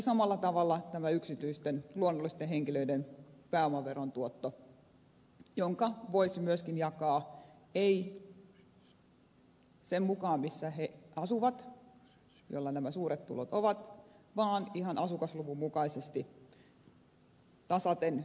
samalla tavalla tämä yksityisten luonnollisten henkilöiden pääomaverontuotto voitaisiin myöskin jakaa ei sen mukaan missä ne asuvat joilla nämä suuret tulot ovat vaan ihan asukasluvun mukaisesti tasaten ympäri suomea